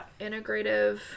Integrative